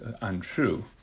untrue